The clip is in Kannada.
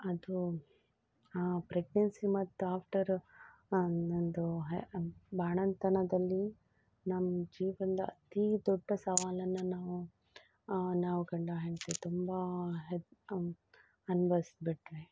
ಅದು ಪ್ರೆಗ್ನೆನ್ಸಿ ಮತ್ತು ಆಫ್ಟರ್ ನನ್ನದು ಬಾಣಂತನದಲ್ಲಿ ನಮ್ಮ ಜೀವನದ ಅತಿ ದೊಡ್ಡ ಸವಾಲನ್ನು ನಾವು ನಾವು ಗಂಡ ಹೆಂಡತಿ ತುಂಬ ಅನ್ಭವಿಸ್ಬಿಟ್ವಿ